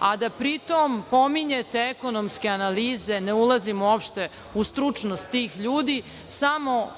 a da pritom pominjete ekonomske analize, ne ulazim uopšte u stručnost tih ljudi, samo